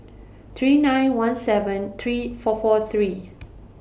three nine one seven three four four three